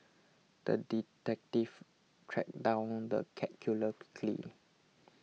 the detective tracked down the cat killer quickly